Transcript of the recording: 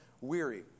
weary